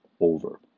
over